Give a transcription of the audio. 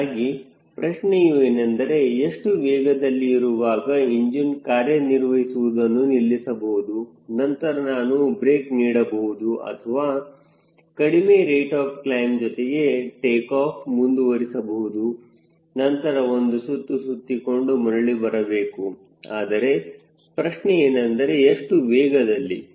ಹೀಗಾಗಿ ಪ್ರಶ್ನೆಯು ಏನೆಂದರೆ ಎಷ್ಟು ವೇಗದಲ್ಲಿ ಇರುವಾಗ ಇಂಜಿನ್ ಕಾರ್ಯನಿರ್ವಹಿಸುವುದನ್ನು ನಿಲ್ಲಿಸಬಹುದು ನಂತರ ನಾನು ಬ್ರೇಕ್ ನೀಡಬಹುದು ಅಥವಾ ಕಡಿಮೆ ರೇಟ್ ಆಫ್ ಕ್ಲೈಮ್ ಜೊತೆಗೆ ಟೇಕಾಫ್ ಮುಂದುವರೆಸಬಹುದು ನಂತರ ಒಂದು ಸುತ್ತು ಸುತ್ತಿಕೊಂಡು ಮರಳಿ ಬರಬೇಕು ಆದರೆ ಪ್ರಶ್ನೆ ಏನೆಂದರೆ ಎಷ್ಟು ವೇಗದಲ್ಲಿ